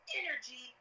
energy